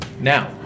Now